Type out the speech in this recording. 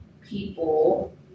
people